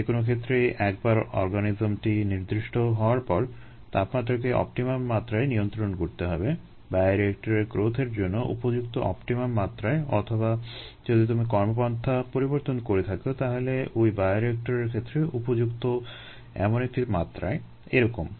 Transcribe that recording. যেকোন ক্ষেত্রেই একবার অর্গানিজমটি নির্দিষ্ট হওয়ার পর তাপমাত্রাকে অপটিমাম মাত্রায় নিয়ন্ত্রণ করতে হবে বায়োরিয়েক্টরে গ্রোথের জন্য উপযুক্ত অপটিমাম মাত্রায় অথবা যদি তুমি কর্মপন্থা পরিবর্তন করে থাকো তাহলে ওই বায়োরিয়েক্টরের ক্ষেত্রে উপযুক্ত এমন একটি মাত্রায় এরকম